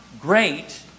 great